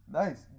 nice